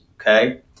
okay